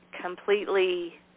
completely